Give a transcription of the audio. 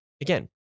again